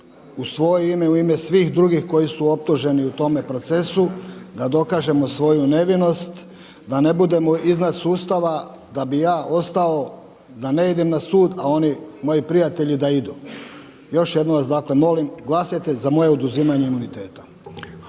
u svoje ime, u ime svih drugih koji su optuženi u tome procesu, da dokažemo svoju nevinost, da ne budemo iznad sustava, da bih ja ostao da ne idem na sud, a oni moji prijatelji da idu. Još jednom vas dakle molim glasajte za moje oduzimanje imuniteta.